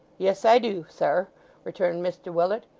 yes i do, sir returned mr willet.